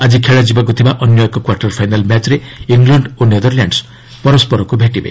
ଆଜି ଖେଳାଯିବାକୁ ଥିବା ଅନ୍ୟ ଏକ କ୍ୱାର୍ଟର୍ ଫାଇନାଲ୍ ମ୍ୟାଚ୍ରେ ଇଂଲଣ୍ଡ ଓ ନେଦରଲ୍ୟାଣ୍ଡସ୍ ମଧ୍ୟରେ ଖେଳାଯିବ